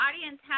audience